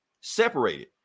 separated